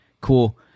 Cool